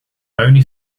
bony